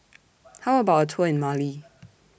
How about Tour in Mali